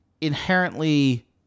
inherently